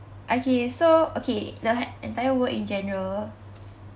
okay so okay the entire world in general